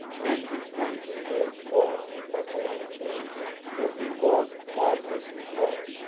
and his name spread far abroad for he was marvellously helped,